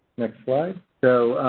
next slide. so,